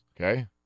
Okay